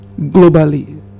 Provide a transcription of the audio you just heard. globally